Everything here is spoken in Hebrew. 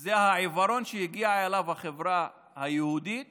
זה העיוורון שהגיעו אליו החברה היהודית